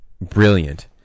brilliant